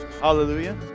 Hallelujah